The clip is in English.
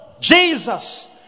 jesus